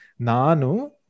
Nanu